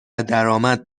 درآمد